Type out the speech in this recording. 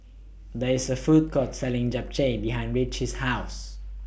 There IS A Food Court Selling Japchae behind Ritchie's House